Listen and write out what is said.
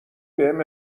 بهم